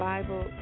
Bible